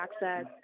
access